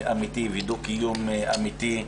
ואותם אזורים מבחינת